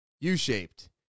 U-shaped